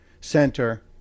Center